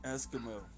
Eskimo